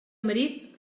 marit